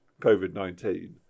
Covid-19